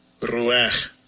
ruach